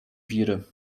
wiry